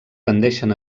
tendeixen